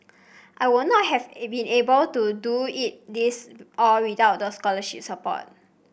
I would not have been able to do it these all without the scholarship support